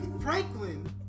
Franklin